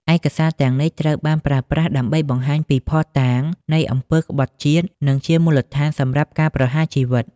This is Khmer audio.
ឯកសារទាំងនេះត្រូវបានប្រើប្រាស់ដើម្បីបង្ហាញពី ភស្តុតាង នៃអំពើក្បត់ជាតិ និងជាមូលដ្ឋានសម្រាប់ការប្រហារជីវិត។